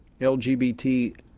LGBT